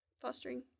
fostering